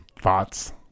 thoughts